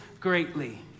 greatly